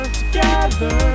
together